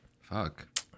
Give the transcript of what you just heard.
Fuck